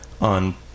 on